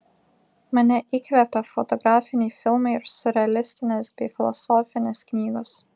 mane įkvepia fotografiniai filmai ir siurrealistinės bei filosofinės knygos